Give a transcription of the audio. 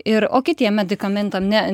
ir o kitiem medikamentam ne